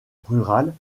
rurale